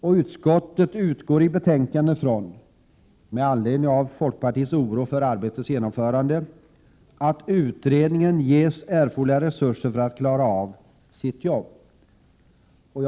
Med anledning av att folkpartiet har uttryckt oro för arbetets genomförande utgår utskottet — det framgår av betänkandet — från att utredningen ges erforderliga resurser, så att den kan klara av sitt arbete.